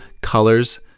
Colors